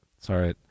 Sorry